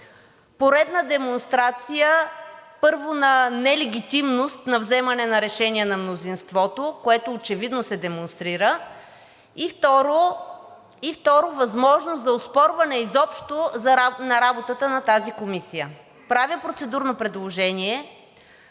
поредна демонстрация, първо, на нелегитимност на вземане на решения на мнозинството, което очевидно се демонстрира, и второ, възможност за оспорване изобщо на работата на тази комисия. Правя процедурно предложение